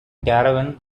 caravan